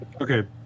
Okay